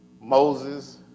Moses